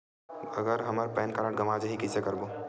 अगर हमर pan card गवां जाही कइसे करबो?